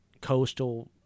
Coastal